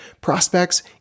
prospects